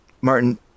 Martin